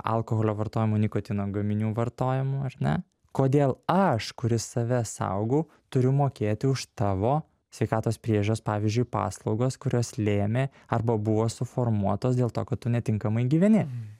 alkoholio vartojimu nikotino gaminių vartojimu ar ne kodėl aš kuris save saugau turiu mokėti už tavo sveikatos priežiūros pavyzdžiui paslaugas kurios lėmė arba buvo suformuotos dėl to kad tu netinkamai gyveni